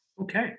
Okay